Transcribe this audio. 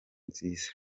nziza